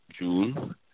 June